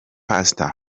pastor